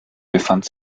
befand